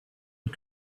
not